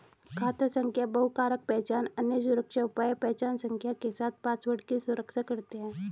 खाता संख्या बहुकारक पहचान, अन्य सुरक्षा उपाय पहचान संख्या के साथ पासवर्ड की सुरक्षा करते हैं